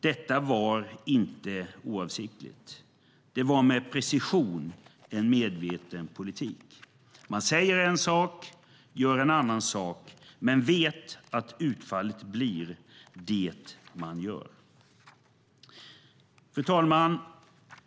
Detta var inte oavsiktligt. Det var med precision en medveten politik. Man säger en sak, gör en annan sak, men vet att utfallet blir det man gör. Fru talman!